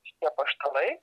šitie apaštalai